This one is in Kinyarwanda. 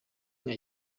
nka